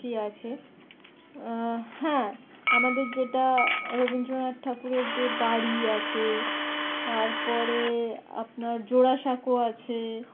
কি আছে হ্যাঁ আমাদের যেটা রবীন্দ্রনাথ ঠাকুরের যে বাড়ি আছে তারপরে আপনার জোড়াসাঁকো আছে